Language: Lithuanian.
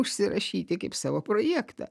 užsirašyti kaip savo projektą